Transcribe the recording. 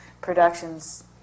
productions